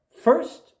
First